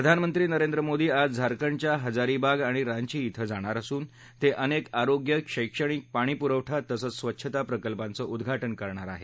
प्रधानमंत्री नरेंद्र मोदी आज झारखंडच्या हजारीबाग आणि रांची कें जाणार असून ते अनेक आरोग्य शैक्षणिक पाणीपुरवठा तसंच स्वच्छता प्रकल्पांचं उद्वाटन करणार आहेत